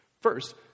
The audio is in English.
First